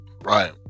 Right